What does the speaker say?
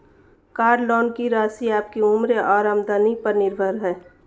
car loan की राशि आपकी उम्र और आमदनी पर निर्भर है